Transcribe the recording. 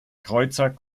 kreuzer